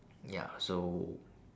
ya so